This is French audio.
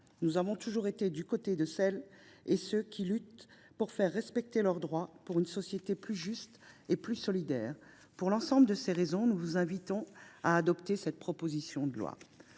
nous avons toujours été du côté de celles et de ceux qui luttent pour faire respecter leurs droits, pour une société plus juste et plus solidaire. Pour l’ensemble de ces raisons, mes chers collègues, nous vous invitons à adopter cette proposition de loi.